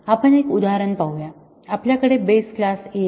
आपण एक उदाहरण पाहू या आपल्याकडे बेस क्लास A आहे